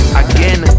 again